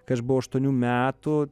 kai aš buvau aštuonių metų